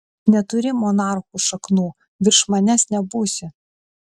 neturi monarchų šaknų virš manęs nebūsi